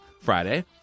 Friday